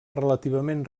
relativament